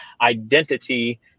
identity